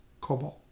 Cobalt